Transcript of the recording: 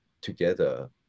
together